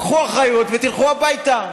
קחו אחריות ותלכו הביתה.